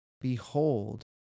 Behold